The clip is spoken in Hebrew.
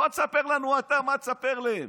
בוא תספר לנו אתה מה תספר להם.